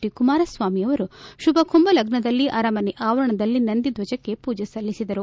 D Kumaraswamy ಅವರು ಶುಭ ಕುಂಭ ಲಗ್ನದಲ್ಲಿ ಅರಮನೆ ಆವರಣದಲ್ಲಿ ನಂದಿ ಧ್ವಜಕ್ಕೆ ಪೂಜೆ ಸಲ್ಲಿಸಿದರು